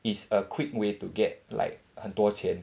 is a quick way to get like 很多钱